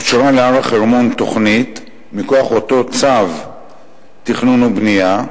אושרה להר-החרמון תוכנית מכוח אותו צו תכנון ובנייה,